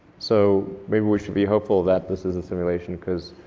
so maybe we should be hopeful that this is a simulation cause